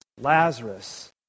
Lazarus